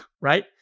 right